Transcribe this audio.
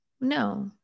No